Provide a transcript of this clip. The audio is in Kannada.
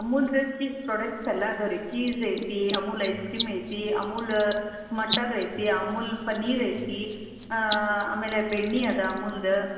ಅಮೂಲ್ದು ಚೀಸ್ ಪ್ರೊಡಕ್ಟ್ಸ್ ಎಲ್ಲ ಇದಾವ್ ರೀ ಚೀಸ್ ಐತಿ ಅಮೂಲ್ ಐಸ್ಕ್ರೀಮ್ ಐತಿ ಅಮೂಲ ಮಟರ್ ಐತಿ ಅಮೂಲ್ ಪನ್ನೀರ್ ಐತಿ ಆಮೇಲೆ ಬೆಣ್ಣೆ ಇದೆ ಅಮೂಲ್ದು